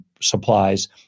supplies